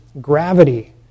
gravity